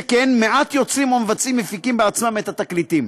שכן מעט יוצרים או מבצעים מפיקים בעצמם את התקליטים.